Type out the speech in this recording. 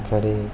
ઘરે